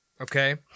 Okay